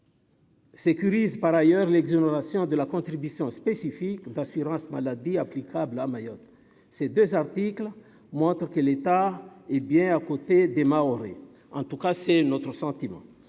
Sécurise par ailleurs l'exonération de la contribution spécifique d'assurance maladie applicable à Mayotte, ces 2 articles montrent que l'État, hé bien, à côté des Mahorais en tout cas c'est notre sentiment,